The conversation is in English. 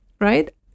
Right